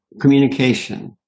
communication